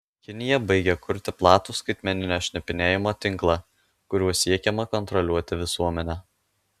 kinija baigia kurti platų skaitmeninio šnipinėjimo tinklą kuriuo siekiama kontroliuoti visuomenę